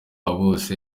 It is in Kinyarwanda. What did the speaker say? bose